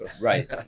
Right